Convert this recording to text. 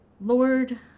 Lord